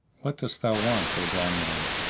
what dost thou want, o blind man?